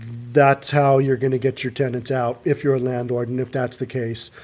that's how you're going to get your tenants out if you're a landlord, and if that's the case,